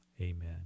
Amen